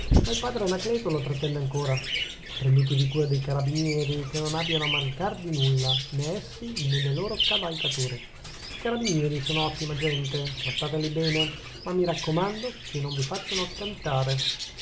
ma il padre anacleto lo trattenne ancora prendetevi cura dei carabinieri che non abbiano a mancar di nulla nè essi nè le loro cavalcature i carabinieri sono ottima gente trattateli bene ma mi raccomando che non vi facciano cantare